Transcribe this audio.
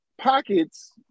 pockets